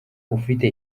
ufite